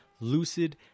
lucid